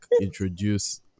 introduce